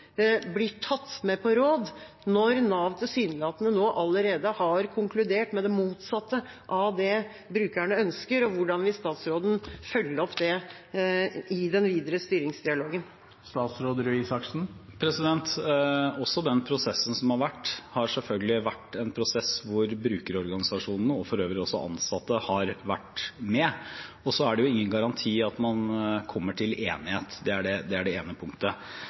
blir tatt med på råd, når Nav tilsynelatende allerede har konkludert med det motsatte av det brukerne ønsker, og hvordan vil statsråden følge opp det i den videre styringsdialogen? Også i den prosessen som har vært, har selvfølgelig brukerorganisasjonene, og for øvrig også ansatte, vært med. Så er det jo ingen garanti at man kommer til enighet. Det er det ene punktet. Som jeg sa i mitt svarinnlegg, har vi noen forutsetninger som vi legger til grunn. Det vil si at det